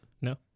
No